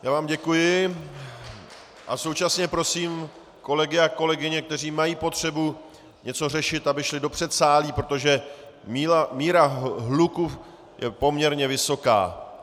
Já vám děkuji a současně prosím kolegy a kolegyně, kteří mají potřebu něco řešit, aby šli do předsálí, protože míra hluku je poměrně vysoká.